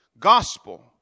gospel